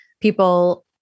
people